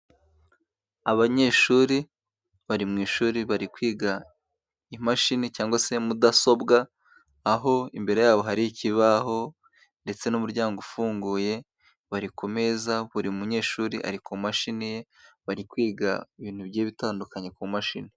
Abanyeshuri bari mu ishuri bari kwiga imashini cyangwa se mudasobwa, aho imbere yabo hari ikibaho ndetse n'umuryango ufunguye bari ku meza, buri munyeshuri ari ku mashini ye bari kwiga ibintu bigiye bitandukanye ku mashini.